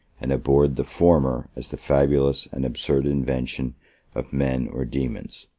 and abhorred the former as the fabulous and absurd invention of men or daemons.